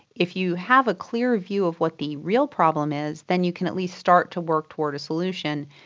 if you have a clear view of what the real problem is, then you can at least start to work toward a solution.